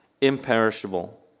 imperishable